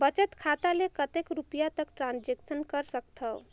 बचत खाता ले कतेक रुपिया तक ट्रांजेक्शन कर सकथव?